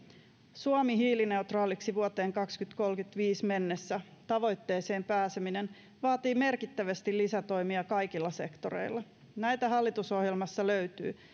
suomi hiilineutraaliksi vuoteen kaksituhattakolmekymmentäviisi mennessä tavoitteeseen pääseminen vaatii merkittävästi lisätoimia kaikilla sektoreilla näitä hallitusohjelmassa löytyy